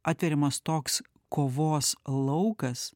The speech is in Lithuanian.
atveriamas toks kovos laukas